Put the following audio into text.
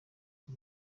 iki